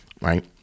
Right